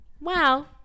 Wow